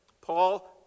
Paul